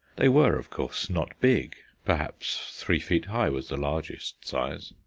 they were, of course, not big perhaps three feet high was the largest size.